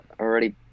already